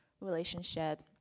relationship